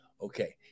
Okay